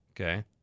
Okay